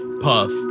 Puff